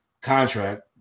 contract